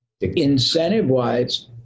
incentive-wise